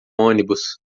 ônibus